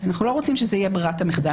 אנחנו לא רוצים שזה יהיה ברירת המחדל